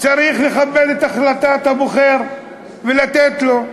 צריך לכבד את החלטת הבוחר ולתת לו.